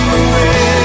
away